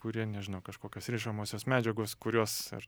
kurie nežinau kažkokios rišamosios medžiagos kurios ar